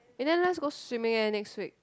and then let's go swimming eh next week